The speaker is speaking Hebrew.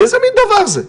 איזה מן דבר זה?